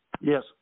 Yes